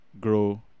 grow